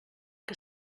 que